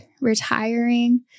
retiring